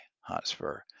Hotspur